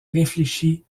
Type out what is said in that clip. réfléchie